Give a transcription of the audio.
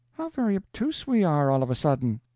how very obtuse we are, all of a sudden!